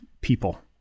people